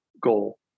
goal